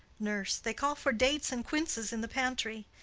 nurse. they call for dates and quinces in the pastry.